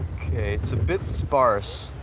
okay. it's a bit sparse.